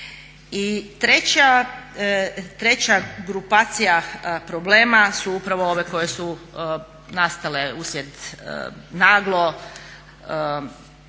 I treća grupacija problema su upravo ove koje su nastale uslijed naglo,